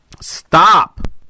Stop